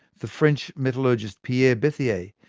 the french metallurgist, pierre berthier,